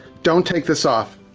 don't take this off.